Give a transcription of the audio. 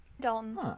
Dalton